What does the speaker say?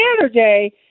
Saturday